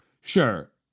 Sure